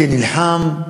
כנלחם.